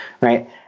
right